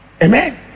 Amen